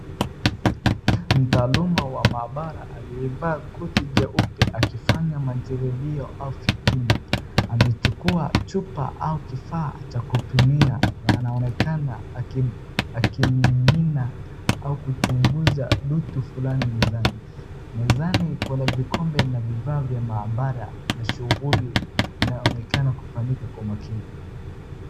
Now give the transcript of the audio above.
Mtaaluma wa maabara aliyevaa koti jeupe akifanya majiribio au vipimo. Amechukua chupa au kifaa cha kupimia na anaonekana akimimina au kuchunguza vitu fulani mezani. Mezani kuna vikombe na vifaa vya maabara ya shughuli inayoonekana kufanyika kwa makini.